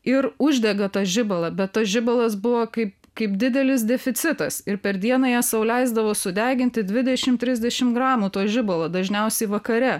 ir uždega tą žibalą bet tas žibalas buvo kaip kaip didelis deficitas ir per dieną jie sau leisdavo sudeginti dvidešim trisdešim gramų to žibalo dažniausiai vakare